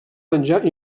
menjar